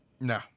No